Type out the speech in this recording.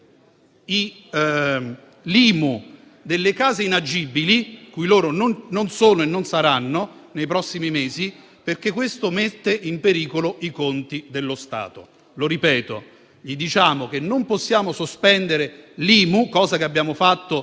sospendere l'IMU delle case inagibili, in cui loro non sono e non saranno nei prossimi mesi, perché ciò mette in pericolo i conti dello Stato. Lo ripeto: diciamo loro che non possiamo sospendere l'IMU, come invece abbiamo fatto